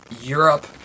Europe